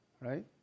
right